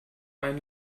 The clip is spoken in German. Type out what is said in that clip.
eine